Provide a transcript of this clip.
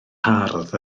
hardd